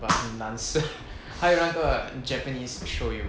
but 很难吃 还有那个 japanese shoyu